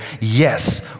yes